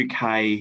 UK